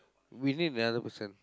we need another person